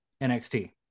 NXT